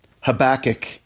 Habakkuk